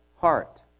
heart